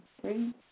three